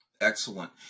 Excellent